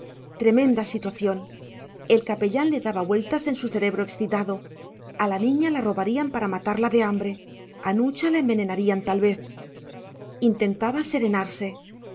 tremenda situación el capellán le daba vueltas en su cerebro excitado a la niña la robarían para matarla de hambre a nucha la envenenarían tal vez intentaba serenarse